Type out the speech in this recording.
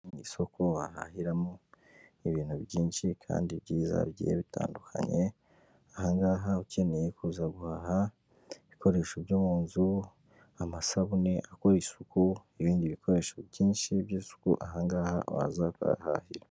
Isoko wahahiramo ibintu byinshi kandi byiza bigiye bitandukanye, aha ngaha ukeneye kuza guhaha ibikoresho byo mu nzu, amasabune akora isuku, n'ibindi bikoresho byinshi by'isuku, aha ngaha waza ukahahahira.